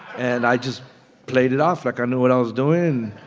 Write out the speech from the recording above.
and i just played it off like i knew what i was doing.